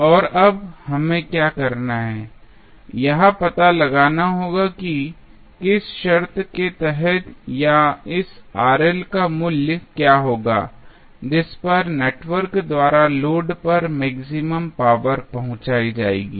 और अब हमें क्या करना है यह पता लगाना होगा कि किस शर्त के तहत या इस का मूल्य क्या होगा जिस पर नेटवर्क द्वारा लोड पर मैक्सिमम पावर पहुंचाई जाएगी